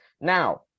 now